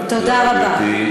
תודה, גברתי.